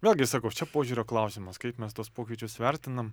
vėlgi sakau čia požiūrio klausimas kaip mes tuos pokyčius vertinam